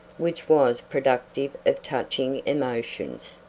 which was productive of touching emotions.